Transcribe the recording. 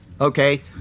okay